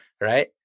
right